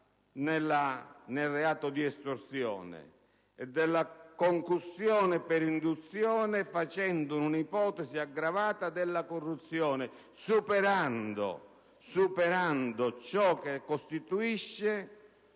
nel reato di estorsione, e la concussione per induzione facendone un'ipotesi aggravata della corruzione, superando ciò che costituisce